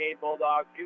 Bulldogs